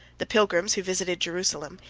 the pilgrims, who visited jerusalem,